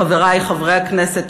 חברי חברי הכנסת,